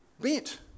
bent